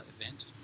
event